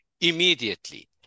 immediately